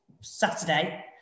Saturday